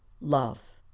love